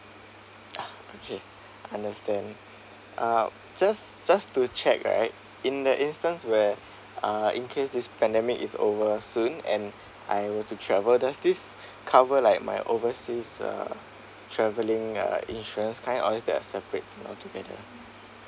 ah okay understand uh just just to check right in the instance where uh in case this pandemic is over soon and I were to travel does this cover like my overseas uh traveling uh insurance kind or is there a separate thing all together